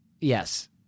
Yes